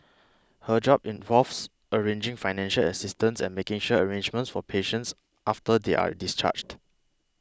her job involves arranging financial assistance and making share arrangements for patients after they are discharged